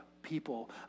people